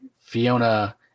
Fiona –